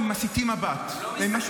הם מסיטים מבט -- הם לא מסתכלים לו בעיניים.